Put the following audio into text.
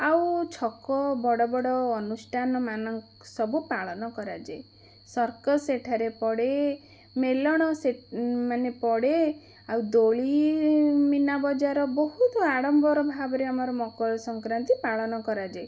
ଆଉ ଛକ ବଡ଼ ବଡ଼ ଅନୁଷ୍ଠାନ ମାନଙ୍କ ସବୁ ପାଳନ କରାଯାଏ ସର୍କସ ଏଠାରେ ପଡ଼େ ମେଲଣ ସେ ମାନେ ପଡ଼େ ଆଉ ଦୋଳି ମିନାବଜାର ବହୁତ ଆଡ଼ମ୍ବର ଭାବରେ ଆମର ମକର ସଂକ୍ରାନ୍ତି ପାଳନ କରାଯାଏ